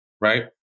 Right